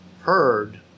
heard